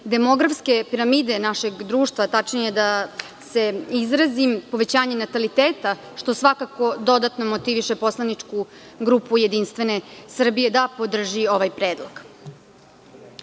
demografske piramide našeg društva. Tačnije da se izrazim, povećanje nataliteta, što svakako dodatno motiviše poslaničku grupu JS da podrži ovaj